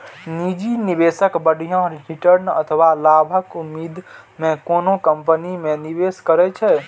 निजी निवेशक बढ़िया रिटर्न अथवा लाभक उम्मीद मे कोनो कंपनी मे निवेश करै छै